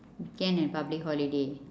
weekend and public holiday